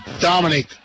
Dominic